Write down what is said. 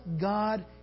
God